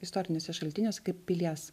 istoriniuose šaltiniuose kaip pilies